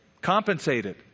Compensated